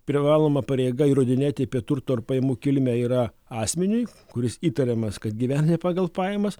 privaloma pareiga įrodinėti apie turto ar pajamų kilmę yra asmeniui kuris įtariamas kad gyvena ne pagal pajamas